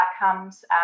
outcomes